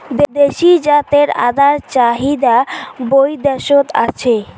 দেশী জাতের আদার চাহিদা বৈদ্যাশত আছে